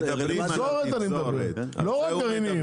אני מדבר על התפזורת, לא הגרעינים.